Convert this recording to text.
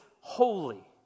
holy